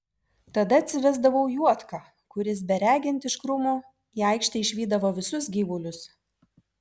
tada atsivesdavau juodką kuris beregint iš krūmų į aikštę išvydavo visus gyvulius